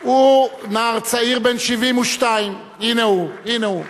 הוא נער צעיר בן 72. הנה הוא, הנה הוא,